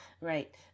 Right